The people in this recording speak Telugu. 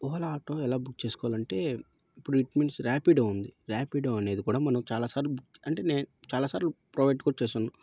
ఓలా ఆటో ఎలా బుక్ చేసుకోవాలంటే ఇప్పుడు ఇట్ మీన్స్ ర్యాపిడో ఉంది ర్యాపిడో అనేది కూడా మనం చాలా సార్లు బుక్ అంటే నేను చాలా సార్లు ప్రొవైడ్ కూడా చేశాను